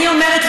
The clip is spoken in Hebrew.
אני אומרת לך,